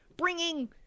bringing